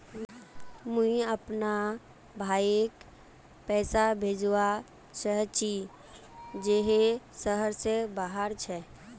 मुई अपना भाईक पैसा भेजवा चहची जहें शहर से बहार छे